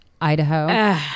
Idaho